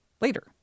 later